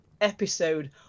episode